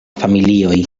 familioj